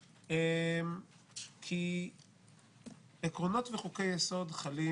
כי עקרונות וחוקי יסוד חלים